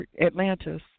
Atlantis